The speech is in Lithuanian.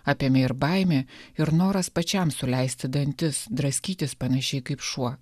apėmė ir baimė ir noras pačiam suleisti dantis draskytis panašiai kaip šuo